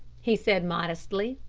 he said modestly.